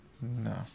No